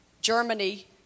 Germany